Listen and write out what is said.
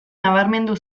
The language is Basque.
nabarmendu